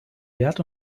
wert